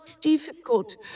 difficult